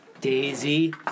Daisy